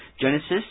Genesis